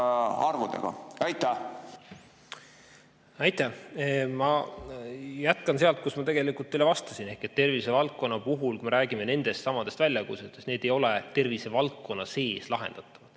Aitäh! Ma jätkan sealt, kus ma teile vastasin. Ehk tervisevaldkonna puhul, kui me räägime nendestsamadest väljakutsetest, need ei ole tervisevaldkonna sees lahendatavad.